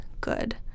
good